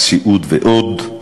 סיעוד ועוד.